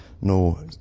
No